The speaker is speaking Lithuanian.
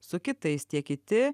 su kitais tie kiti